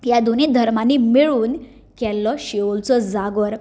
ह्या दोनी धर्मानी मेळून केल्लो शिवोलचो जागर